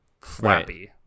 flappy